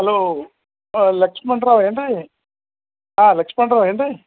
hello Lakshmanrao ಏನ್ರೀ ಆಂ ಲಕ್ಷ್ಮಣರಾವ್ ಏನ್ರೀ